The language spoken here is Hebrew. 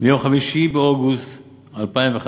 מיום 5 באוגוסט 2015,